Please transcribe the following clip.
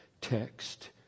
text